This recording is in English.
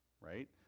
right